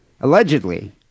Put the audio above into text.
allegedly